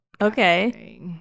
Okay